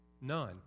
None